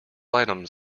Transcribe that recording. items